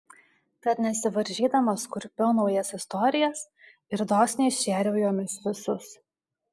tad nesivaržydamas kurpiau naujas istorijas ir dosniai šėriau jomis visus